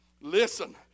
Listen